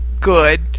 good